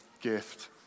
gift